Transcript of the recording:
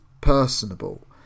personable